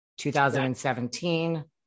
2017